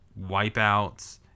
Wipeouts